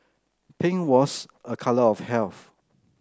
pink was a colour of health